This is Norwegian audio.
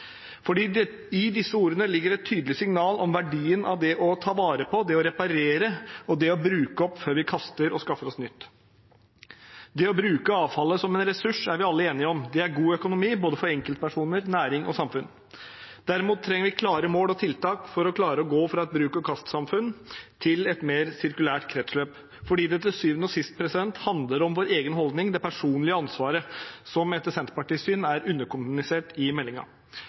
i disse ordene ligger det et tydelig signal om verdien av det å ta vare på, det å reparere og det å bruke opp før vi kaster og skaffer oss nytt. Det å bruke avfallet som en ressurs er vi alle enige om er god økonomi for både enkeltpersoner, næring og samfunn. Derimot trenger vi klare mål og tiltak for å klare å gå fra et bruk-og-kast-samfunn til et mer sirkulært kretsløp. Til syvende og sist handler det om vår egen holdning, det personlige ansvaret, som etter Senterpartiets syn er underkommunisert i